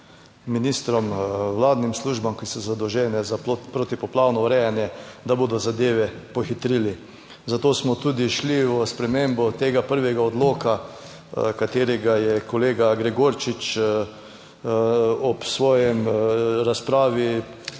ministrom, vladnim službam, ki so zadolžene za protipoplavno urejanje, da bodo zadeve pohitrili. Zato smo tudi šli v spremembo tega prvega odloka, katerega je kolega Gregorčič ob svoji razpravi